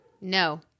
No